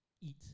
Eat